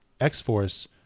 X-Force